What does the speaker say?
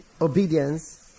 obedience